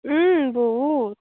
বহুত